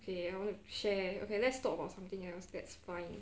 okay I want to share okay let's talk about something else that's fine